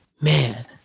man